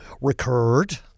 recurred